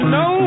no